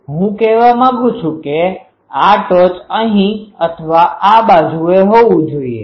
તેથી હું કહેવા માંગું છું કે આ ટોચ અહીં અથવા આ બાજુએ હોવું જોઈએ